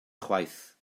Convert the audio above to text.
chwaith